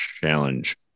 challenge